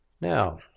Now